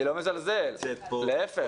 היא יכולה ללמד גם את --- אני לא מזלזל, להיפך.